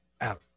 out